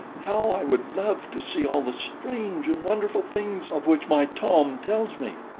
how i would love to see all the strange and wonderful things of which my tom tells me!